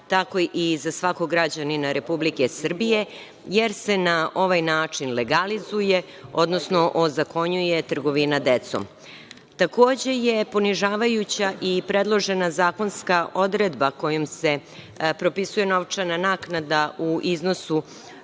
tako i za svakog građanina Republike Srbije jer se na ovaj način legalizuje, odnosno ozakonjuje trgovina decom. Takođe je ponižavajuća i predložena zakonska odredba kojom se propisuje novčana naknada u iznosu